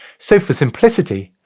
so for simplicity,